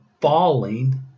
falling